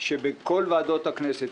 שבכל ועדות הכנסת,